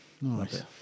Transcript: Nice